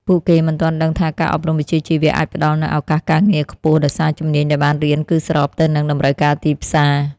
ពួកគេមិនទាន់ដឹងថាការអប់រំវិជ្ជាជីវៈអាចផ្តល់នូវឱកាសការងារខ្ពស់ ដោយសារជំនាញដែលបានរៀនគឺស្របទៅនឹងតម្រូវការទីផ្សារ។